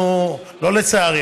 לא לצערי,